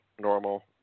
normal